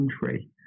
country